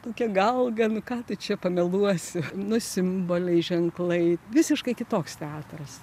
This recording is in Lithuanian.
tokie gal ga nu ką tu čia pameluosi nu simboliai ženklai visiškai kitoks teatras